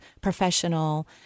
professional